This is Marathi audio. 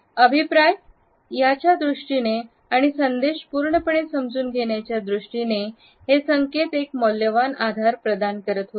अभिप्राय याच्या दृष्टीने आणि संदेश पूर्णपणे समजून घेण्याच्या दृष्टीने हे संकेत एक मौल्यवान आधार प्रधान करत होते